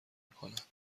میکنند